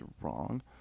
wrong